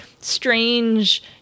strange